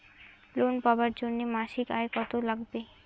Loan পাবার জন্যে মাসিক আয় কতো লাগবে?